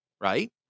right